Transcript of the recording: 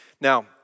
Now